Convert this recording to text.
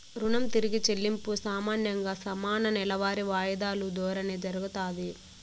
రుణం తిరిగి చెల్లింపు సామాన్యంగా సమాన నెలవారీ వాయిదాలు దోరానే జరగతాది